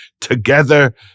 together